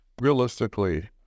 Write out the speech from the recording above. realistically